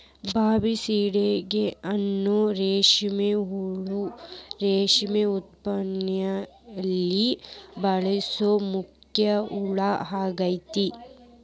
Bombycidae ಅನ್ನೋ ರೇಷ್ಮೆ ಹುಳು ರೇಷ್ಮೆ ಉತ್ಪಾದನೆಯಲ್ಲಿ ಬಳಸೋ ಮುಖ್ಯ ಹುಳ ಆಗೇತಿ